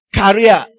career